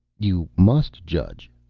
you must judge,